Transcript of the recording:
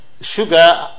Sugar